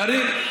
קארין,